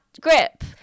grip